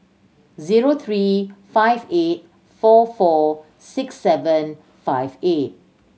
zero three five eight four four six seven five eight